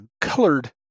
colored